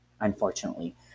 unfortunately